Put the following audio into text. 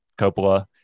Coppola